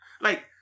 Like-